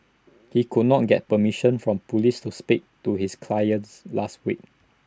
he could not get permission from Police to speak to his clients last week